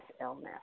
illness